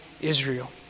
Israel